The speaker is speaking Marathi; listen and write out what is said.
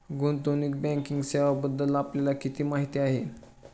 गुंतवणूक बँकिंग सेवांबद्दल आपल्याला किती माहिती आहे?